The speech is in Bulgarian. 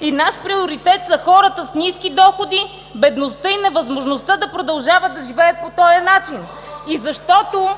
и наш приоритет са хората с ниски доходи, бедността и невъзможността да продължават да живеят по този начин. (Шум и реплики от ГЕРБ.) И защото